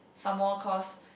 some more caused